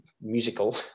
musical